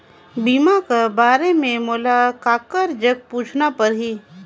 बीमा कर बारे मे मोला ककर जग पूछना परही?